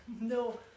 No